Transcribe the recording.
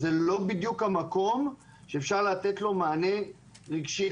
זה לא בדיוק המקום שאפשר לתת לו מענה רגשי-חברתי.